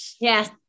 Yes